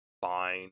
fine